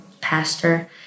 pastor